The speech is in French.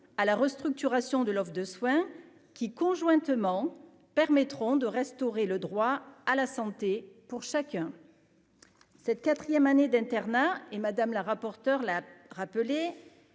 à la restructuration de l'offre de soins qui conjointement permettront de restaurer le droit à la santé pour chacun cette 4ème année d'internat et Madame la rapporteure la rappeler